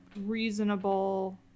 reasonable